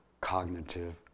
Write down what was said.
cognitive